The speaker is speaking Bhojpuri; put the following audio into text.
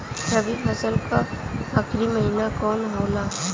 रवि फसल क आखरी महीना कवन होला?